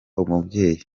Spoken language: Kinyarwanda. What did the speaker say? umubyeyi